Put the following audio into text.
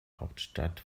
hauptstadt